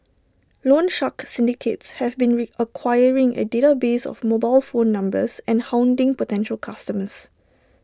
loan shark syndicates have been re acquiring A database of mobile phone numbers and hounding potential customers